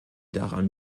daran